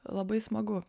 labai smagu